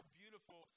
beautiful